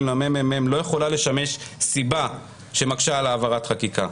לממ"מ לא יכולה לשמש סיבה שמקשה על העברת חקיקה.